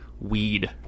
weed